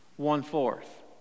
one-fourth